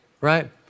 Right